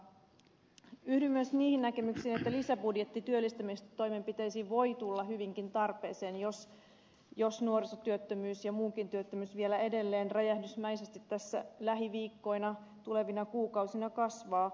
yhdyn myös niihin näkemyksiin että lisäbudjetti työllistämistoimenpiteisiin voi tulla hyvinkin tarpeeseen jos nuorisotyöttömyys ja muukin työttömyys vielä edelleen räjähdysmäisesti tässä lähiviikkoina tulevina kuukausina kasvaa